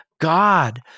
God